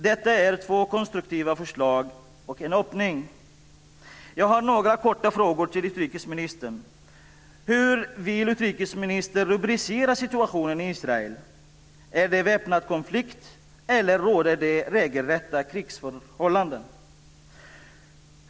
Detta är två konstruktiva förslag och en öppning. Jag har några korta frågor till utrikesministern: Hur vill utrikesministern rubricera situationen i Israel? Är det väpnad konflikt, eller råder det regelrätta krigsförhållanden?